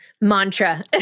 mantra